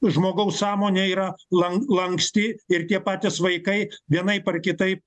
žmogaus sąmonė yra lan lanksti ir tie patys vaikai vienaip ar kitaip